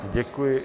Děkuji.